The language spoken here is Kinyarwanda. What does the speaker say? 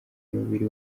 mubiri